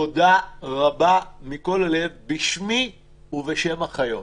תודה רבה מכל הלב בשמי ובשם החיות.